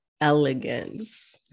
elegance